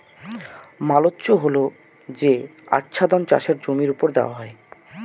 mulch হল যে আচ্ছাদন চাষের জমির ওপর দেওয়া হয়